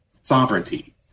sovereignty